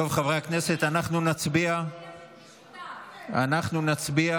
טוב, חברי הכנסת, אנחנו נצביע